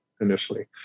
initially